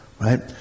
right